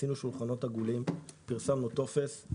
כינסנו ישיבות שולחנות עגולים ופרסמנו טופס.